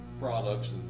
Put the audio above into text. products